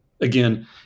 Again